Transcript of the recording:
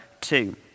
two